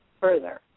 further